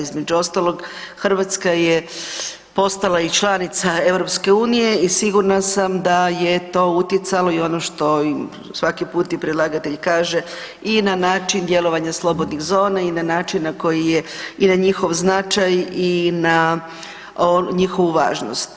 Između ostalog Hrvatska je postala i članica EU i sigurna sam da je to utjecalo i ono što i svaki put predlagatelj i kaže i na način djelovanja slobodnih zona i na način na koji je i na njihov značaj i na njihovu važnost.